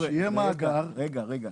שיהיה מאגר --- חבר'ה, רגע.